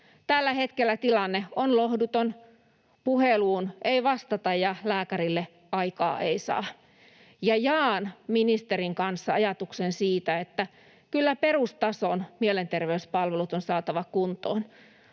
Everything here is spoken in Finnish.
Tällä hetkellä tilanne on lohduton — puheluun ei vastata ja lääkärille aikaa ei saa — ja jaan ministerin kanssa ajatuksen siitä, että kyllä perustason mielenterveyspalvelut on saatava kuntoon.